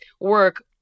work